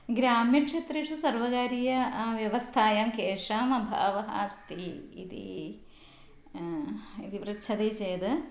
ग्राम्यक्षेत्रेषु सर्वकारीय व्यवस्थायां केषाम् अभावः अस्ति इति इति पृच्छति चेद्